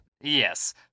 Yes